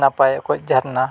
ᱱᱟᱯᱟᱭ ᱚᱠᱚᱡ ᱡᱷᱟᱨᱱᱟ